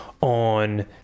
on